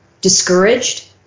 discouraged